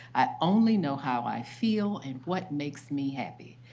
i only know how i feel and what makes me happy.